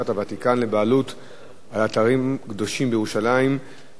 על אתרים קדושים בירושלים תידון בוועדת החוץ והביטחון.